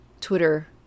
Twitter